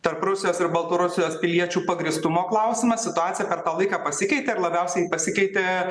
tarp rusijos ir baltarusijos piliečių pagrįstumo klausimas situacija per tą laiką pasikeitė labiausiai pasikeitė